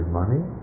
money